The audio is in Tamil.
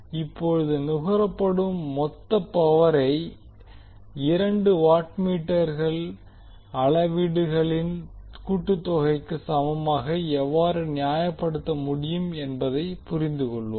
இப்போது நுகரப்படும் மொத்த பவரை இரண்டு வாட் மீட்டர் அளவீடுகளின் கூட்டுத்தொகைக்கு சமமாக எவ்வாறு நியாயப்படுத்த முடியும் என்பதைப் புரிந்துகொள்வோம்